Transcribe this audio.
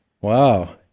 Wow